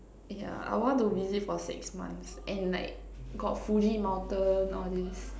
yeah I want to visit for six months and like got fuji mountain all this